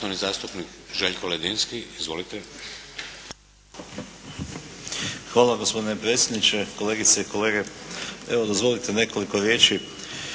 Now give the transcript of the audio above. Hvala gospodine predsjedniče, kolegice i kolege. Evo dozvolite nekoliko riječi,